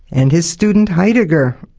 and his student heidegger,